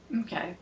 Okay